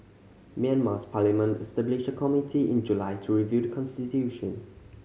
Myanmar's parliament established a committee in July to review the constitution